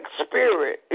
spirit